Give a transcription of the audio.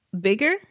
bigger